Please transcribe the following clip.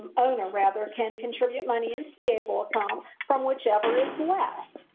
owner rather can contribute money into the able account from which ever is left.